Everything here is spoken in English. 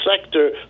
sector